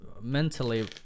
mentally